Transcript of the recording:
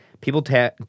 people